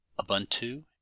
Ubuntu